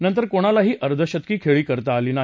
नंतर कोणालाही अर्धशतकी खळी करता आली नाही